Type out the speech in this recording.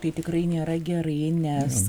tai tikrai nėra gerai nes